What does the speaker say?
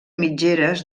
mitgeres